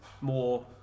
more